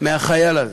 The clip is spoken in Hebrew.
מהחייל הזה?